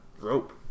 rope